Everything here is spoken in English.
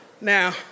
Now